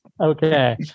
Okay